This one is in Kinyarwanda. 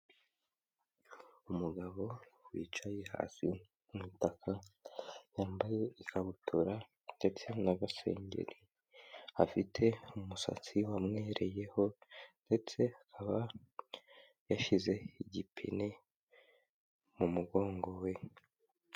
Umugabo wicaye hasi ku butaka, yambaye ikabutura ndetse n'agasengeri, afite umusatsi wamwereyeho ndetse akaba yashyize igipine mu mugongo we.